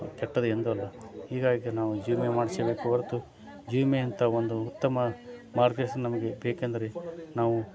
ಕೆಟ್ಟದ್ದು ಎಂದೂ ಅಲ್ಲ ಹೀಗಾಗಿ ನಾವು ಜೀವ ವಿಮೆ ಮಾಡಿಸ್ಬೇಕೆ ಹೊರತು ಜೀವ ವಿಮೆ ಅಂತ ಒಂದು ಉತ್ತಮ ಮಾರ್ಗದರ್ಶನ ನಮಗೆ ಬೇಕೆಂದರೆ ನಾವು